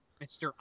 Mr